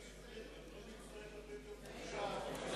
גם לא תצטרך לתת יום חופשה.